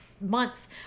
months